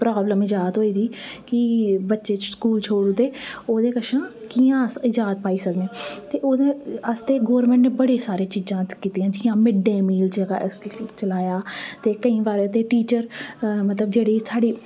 problem ईजाद होई गेदी कि बच्चे स्कूल छोड़ी दिंदे ते ओह्दे कशा कियां अस ईजाद पाई सकने ते ओह्दे आस्तै गौरमेंट नै बड़ियां सारियां चीज़ां ईजाद कीती दियां मिड डे मील चलाया ते केई बारी ओह्दे टीचर ते जेह्ड़ी साढ़ी